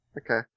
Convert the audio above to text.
Okay